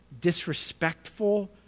disrespectful